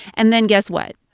and then guess what?